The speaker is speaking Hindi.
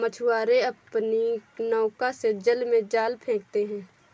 मछुआरे अपनी नौका से जल में जाल फेंकते हैं